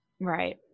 Right